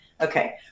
Okay